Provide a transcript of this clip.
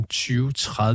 2030